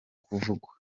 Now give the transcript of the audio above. kuvugwa